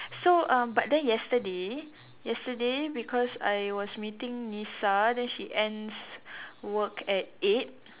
so uh but then yesterday yesterday because I was meeting Nisa then she ends work at eight